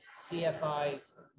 CFI's